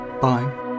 Bye